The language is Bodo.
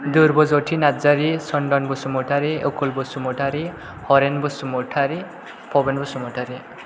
दुरब'ज'ति नार्जारि सनदन बसुमतारि अकुल बसुमतारि हरेन बसुमातारि पबेन बसुमतारि